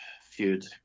feud